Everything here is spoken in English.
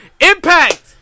Impact